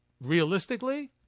realistically